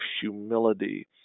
humility